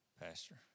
Pastor